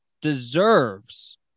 deserves